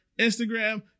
Instagram